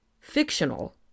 fictional